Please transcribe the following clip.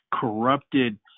corrupted